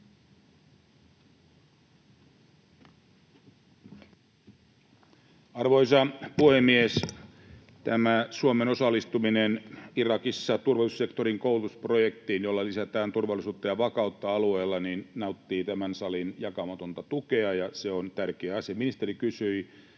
Arvoisa puhemies! Tämä Suomen osallistuminen Irakissa turvallisuussektorin koulutusprojektiin, jolla lisätään turvallisuutta ja vakautta alueella, nauttii tämän salin jakamatonta tukea, ja se on tärkeä asia. Ministeri